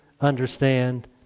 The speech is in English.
understand